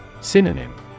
Synonym